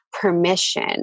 permission